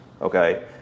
okay